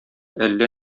әллә